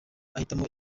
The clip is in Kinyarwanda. ahitamo